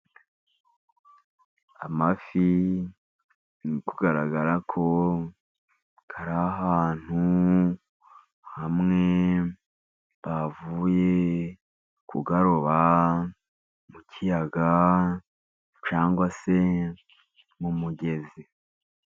Amafi biri kugaragara ko ari ahantu hamwe, bavuye kuyaroba mu kiyaga cyangwa se mu mugezi.